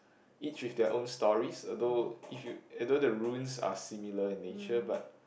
each with their own stories although if you although the ruins are similar in nature but